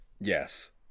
Yes